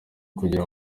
kugira